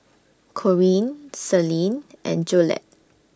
Corine Celine and Jolette